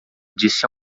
disse